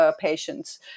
patients